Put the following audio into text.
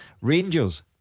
Rangers